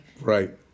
Right